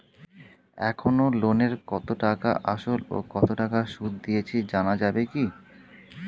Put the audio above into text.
এখনো লোনের কত টাকা আসল ও কত টাকা সুদ দিয়েছি জানা যাবে কি?